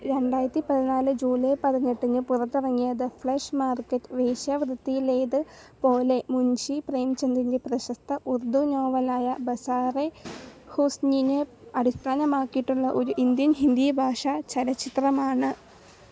രണ്ടായിരത്തി പതിനാല് ജൂലൈ പതിനെട്ടിന് പുറത്തിറങ്ങിയ ദ ഫ്ലെഷ് മാർക്കറ്റ് വേശ്യാവൃത്തിയിലേത് പോലെ മുൻഷി പ്രേംചന്ദിൻ്റെ പ്രശസ്ത ഉർദു നോവലായ ബസാറെ ഹുസ്നിനെ അടിസ്ഥാനമാക്കിയിട്ടുള്ള ഒരു ഇന്ത്യൻ ഹിന്ദി ഭാഷാ ചലച്ചിത്രമാണ്